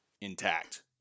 intact